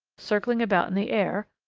circling about in the air,